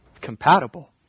Compatible